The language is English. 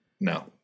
no